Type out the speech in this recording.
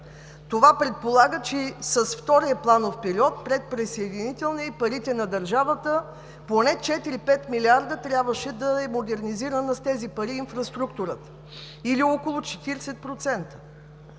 Това предполага, че с втория планов период, предприсъединителния, и парите на държавата с поне четири, пет милиарда трябваше да е модернизирана инфраструктурата, или около 40%.